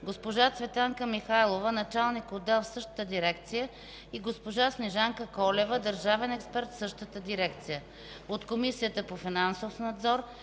госпожа Цветанка Михайлова – началник отдел в същата дирекция и госпожа Снежанка Колева – държавен експерт в същата дирекция; от Комисията за финансов надзор